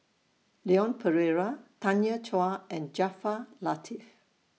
Leon Perera Tanya Chua and Jaafar Latiff